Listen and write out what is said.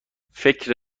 فکر